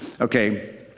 Okay